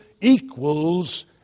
equals